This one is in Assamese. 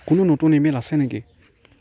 কোনো নতুন ইমেইল আছে নেকি